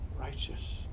righteous